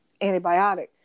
antibiotic